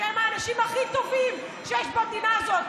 שהם האנשים הכי טובים שיש במדינה הזאת,